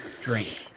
drink